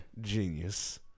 Genius